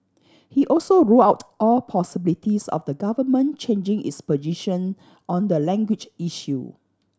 he also ruled out all possibilities of the Government changing its position on the language issue